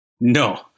No